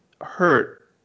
hurt